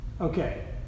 okay